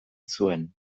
zuen